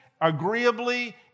agreeably